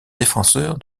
défenseur